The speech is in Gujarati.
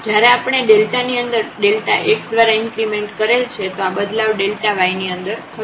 તેથી જ્યારે આપણે ની અંદર x દ્વારા ઇન્ક્રીમેન્ટ કરેલ છે તો આ બદલાવ yની અંદર થશે